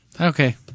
Okay